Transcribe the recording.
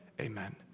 Amen